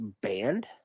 band